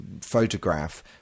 photograph